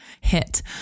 hit